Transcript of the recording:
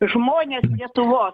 žmonės lietuvos